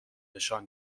نشان